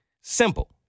simple